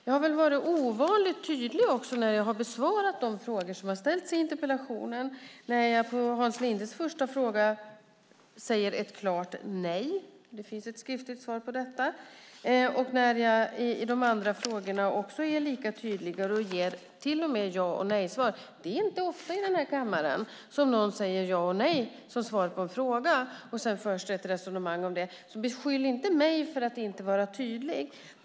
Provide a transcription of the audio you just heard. Jag har varit ovanligt tydlig när jag har besvarat de frågor som ställs i interpellationen. På Hans Lindes första fråga svarar jag klart nej - det finns ett skriftligt svar. På de andra frågorna ger jag lika tydliga ja och nej-svar. Det är inte ofta som någon i den här kammaren säger ja eller nej som svar på en fråga och sedan för ett resonemang. Beskyll inte mig för att inte vara tydlig!